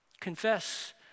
Confess